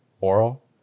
oral